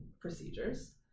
procedures